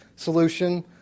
solution